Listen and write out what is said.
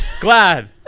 Glad